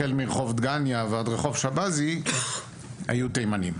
החל מרחוב דגניה ועד רחוב שבזי, היו תימנים.